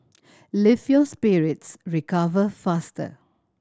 lift your spirits recover faster